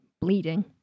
bleeding